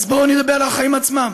אז בואו נדבר על החיים עצמם: